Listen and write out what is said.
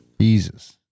Jesus